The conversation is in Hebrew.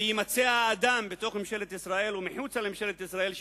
ויימצא אדם בתוך ממשלת ישראל או מחוץ לה שיגיד